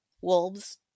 wolves